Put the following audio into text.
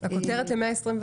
הכותרת ב-121,